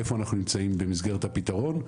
איפה אנחנו נמצאים במסגרת הפתרון.